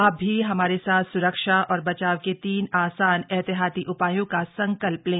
आप भी हमारे साथ स्रक्षा और बचाव के तीन आसान एहतियाती उपायों का संकल्प लें